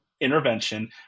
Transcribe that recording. intervention